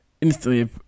instantly